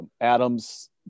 Adams